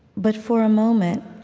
but for a moment,